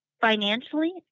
financially